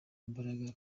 imbaraga